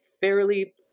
fairly